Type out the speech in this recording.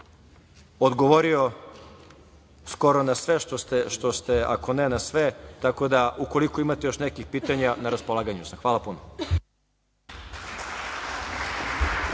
odgovorio skoro na sve što ste… Ako ne na sve, ukoliko imate još nekih pitanja, na raspolaganju sam. Hvala puno.